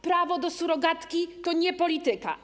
Prawo do surogatki to nie polityka.